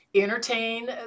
entertain